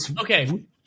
okay